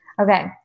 Okay